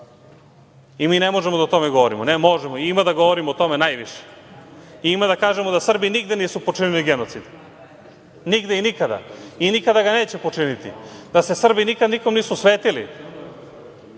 I, mi ne možemo o tome da govorimo. Ne. Možemo. I, ima da govorimo o tome najviše. Ima da kažemo da Srbi nigde nisu počinili genocid. Nigde i nikada. Nikada ga neće počiniti. I, da se Srbi nikad, nikome nisu svetili.